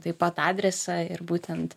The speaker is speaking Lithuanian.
taip pat adresą ir būtent